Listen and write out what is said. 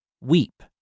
weep